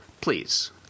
Please